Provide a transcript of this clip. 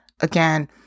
Again